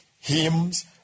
hymns